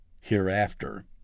hereafter